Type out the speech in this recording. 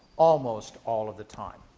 almost all of the time.